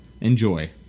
Enjoy